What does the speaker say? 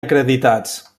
acreditats